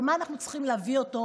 למה אנחנו צריכים להביא אותו